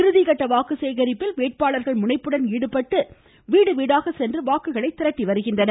இறுதிகட்ட வாக்கு ச சேகரிப்பில் வேட்பாளர்கள் முனைப்புடன் ஈடுபட்டு வீடுவீடாக சென்று வாக்குகளை சேகரித்து வருகின்றனர்